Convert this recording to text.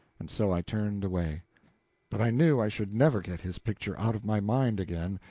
and so i turned away but i knew i should never get his picture out of my mind again,